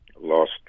lost